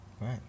Right